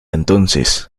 entonces